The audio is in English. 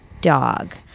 dog